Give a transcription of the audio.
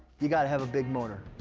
you've got to have a big motor,